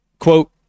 quote